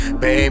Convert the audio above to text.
baby